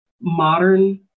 modern